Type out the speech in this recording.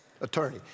attorney